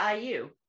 IU